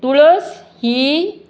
तुळस ही